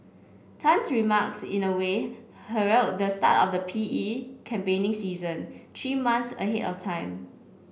Tan's remarks in a way herald the start of the P E campaigning season three months ahead of time